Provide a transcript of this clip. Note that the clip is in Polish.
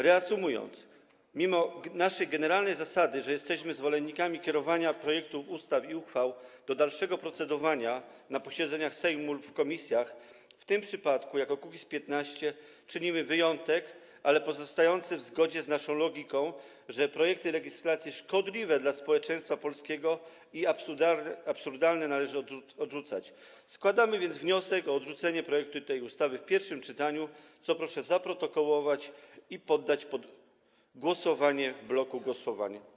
Reasumując, mimo naszej generalnej zasady, a jesteśmy zwolennikami kierowania projektów ustaw i uchwał do dalszego procedowania na posiedzeniach Sejmu lub w komisjach, w tym przypadku jako Kukiz’15 czynimy wyjątek, ale pozostający w zgodzie z naszą logiką, że projekty ustaw szkodliwe dla polskiego społeczeństwa i absurdalne należy odrzucać, składamy wniosek o odrzucenie projektu tej ustawy w pierwszym czytaniu, co proszę zaprotokołować i poddać pod głosowanie w bloku głosowań.